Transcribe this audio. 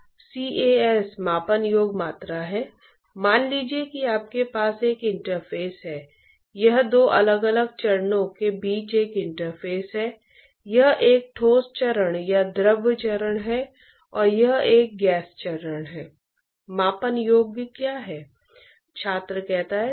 इसलिए यदि आप एक का चरित्र चित्रण कर सकते हैं तो आपको दूसरे के लिए निशुल्क चरित्र चित्रण मिलता है